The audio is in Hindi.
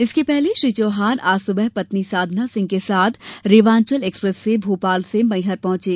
इसके पहले श्री चौहान आज सुबह पत्नी साधना सिंह चौहान के साथ रेवांचल एक्सप्रेस से भोपाल से मैहर पहुंचे